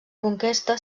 conquesta